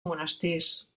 monestirs